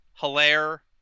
Hilaire